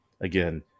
again